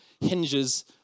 hinges